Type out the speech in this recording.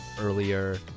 earlier